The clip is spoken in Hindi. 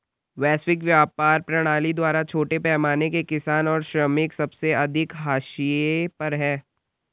वैश्विक व्यापार प्रणाली द्वारा छोटे पैमाने के किसान और श्रमिक सबसे अधिक हाशिए पर हैं